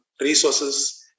resources